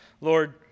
Lord